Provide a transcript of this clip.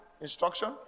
instruction